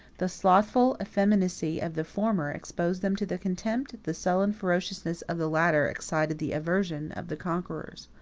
the slothful effeminacy of the former exposed them to the contempt, the sullen ferociousness of the latter excited the aversion, of the conquerors.